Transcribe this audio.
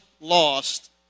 lost